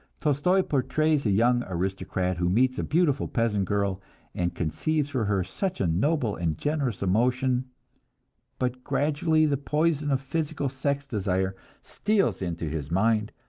tolstoi portrays a young aristocrat who meets a beautiful peasant girl and conceives for her such a noble and generous emotion but gradually the poison of physical sex-desire steals into his mind,